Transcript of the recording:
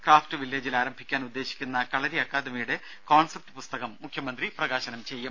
craft വില്ലേജിൽ ആരംഭിക്കാൻ ഉദ്ദേശിക്കുന്ന കളരി അക്കാദമിയുടെ കോൺസെപ്റ്റ് പുസ്തകം മുഖ്യമന്ത്രി പ്രകാശനം ചെയ്യും